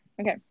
okay